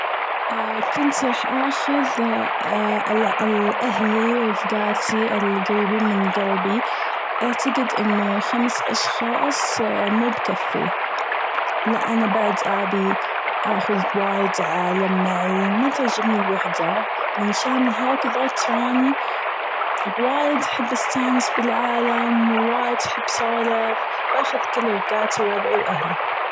أأ كنت راح آخذ ال-ال أهلي رفقاتي القريبين من قلبي، أعتقد أنه خمس أشخاص مو بكفي، لا أنا بعد أبي آخذ وايد عالم معي ما تعجبني الوحدة، من شان هيك تظل ترأني وايد أحب ال sounds في العالم وايد أحب أسولف بآخذ كل رفقاتي وربعي وأهلي.